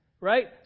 Right